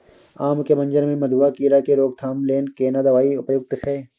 आम के मंजर में मधुआ कीरा के रोकथाम के लेल केना दवाई उपयुक्त छै?